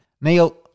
Neil